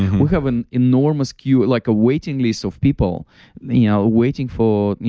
we have an enormous queue, like a waiting list of people you know waiting for